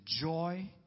joy